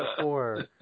four